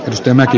ristimäki